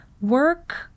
work